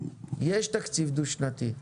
יש תקציב דו שנתי,